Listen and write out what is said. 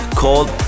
called